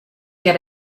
get